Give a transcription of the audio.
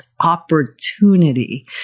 opportunity